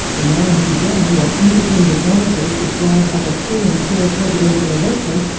the man who won what independent monitors described as a free and fair presidential election,